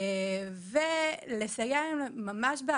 ולסייע להם בהגשה,